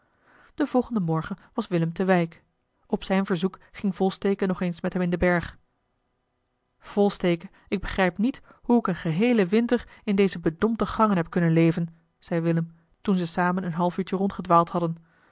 den volgenden morgen was willem te wijk op zijn verzoek ging volsteke nog eens met hem in den berg volsteke ik begrijp niet hoe ik een geheelen winter in deze bedompte gangen heb kunnen leven zei willem toen ze samen een half uurtje rondgedwaald hadden